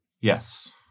Yes